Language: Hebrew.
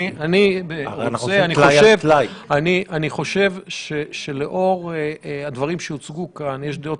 אני מבטיח לך שיהיו כאלה שיבואו ויבקשו את החלטת הוועדה הזאת